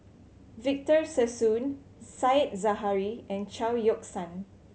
Victor Sassoon Said Zahari and Chao Yoke San